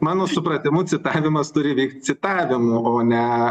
mano supratimu citavimas turi likt citavimu o ne